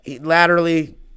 Laterally